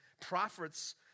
Prophets